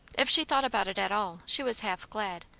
if she thought about it at all, she was half glad,